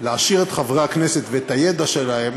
להעשיר את חברי הכנסת ואת הידע שלהם